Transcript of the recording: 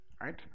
right